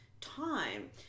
time